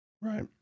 right